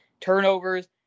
turnovers